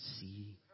see